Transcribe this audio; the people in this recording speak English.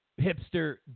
hipster